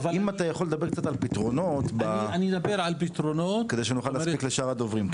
אם אתה יכול לדבר קצת על פתרונות כדי שנוכל להספיק לשאר הדוברים.